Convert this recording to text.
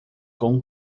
com